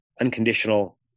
unconditional